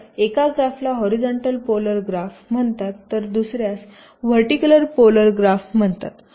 तर एका ग्राफला हॉरीझॉन्टल पोलर ग्राफ म्हणतात तर दुसर्यास व्हर्टिकल पोलर ग्राफ म्हणतात